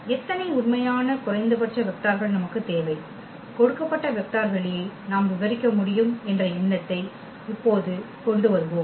எத்தனை உண்மையான குறைந்தபட்ச வெக்டர்கள் நமக்குத் தேவை கொடுக்கப்பட்ட வெக்டர் வெளியை நாம் விவரிக்க முடியும் என்ற எண்ணத்தை இப்போது கொண்டு வருவோம்